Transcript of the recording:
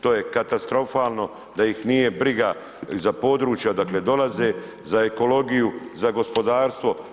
To je katastrofalno da ih nije briga za područja odakle dolaze, za ekologiju, za gospodarstvo.